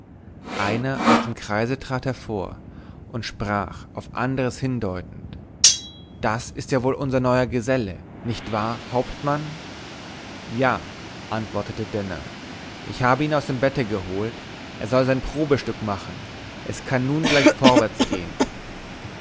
einer aus dem kreise trat hervor und sprach auf andres hindeutend das ist ja wohl unser neuer geselle nicht wahr hauptmann ja antwortete denner ich hab ihn aus dem bette geholt er soll sein probestück machen es kann nun gleich vorwärts gehen